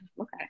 Okay